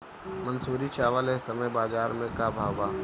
मंसूरी चावल एह समय बजार में का भाव बा?